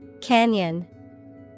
Canyon